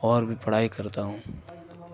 اور بھی پڑھائی کرتا ہوں